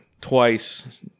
twice